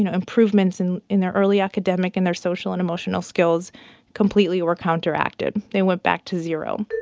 you know improvements and in their early academic and their social and emotional skills completely were counteracted. they went back to zero